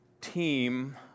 team